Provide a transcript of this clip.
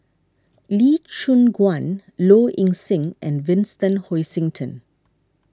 Lee Choon Guan Low Ing Sing and Vincent Hoisington